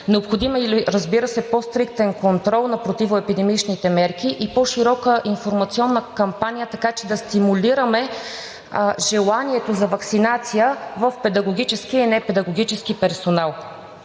Необходим е, разбира се, по-стриктен контрол на противоепидемичните мерки и по-широка информационна кампания, така че да стимулираме желанието за ваксинация в педагогическия и непедагогическия персонал.